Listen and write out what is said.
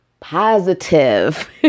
Positive